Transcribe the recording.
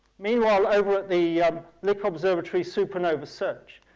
meanwhile, over at the lick observatory supernova search,